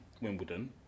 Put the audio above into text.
Wimbledon